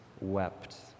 wept